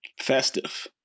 Festive